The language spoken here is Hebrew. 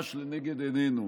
ממש לנגד עינינו